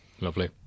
Lovely